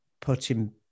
putting